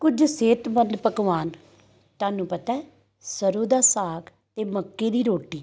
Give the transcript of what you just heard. ਕੁਝ ਸਿਹਤਮੰਦ ਪਕਵਾਨ ਤੁਹਾਨੂੰ ਪਤਾ ਸਰ੍ਹੋਂ ਦਾ ਸਾਗ ਅਤੇ ਮੱਕੀ ਦੀ ਰੋਟੀ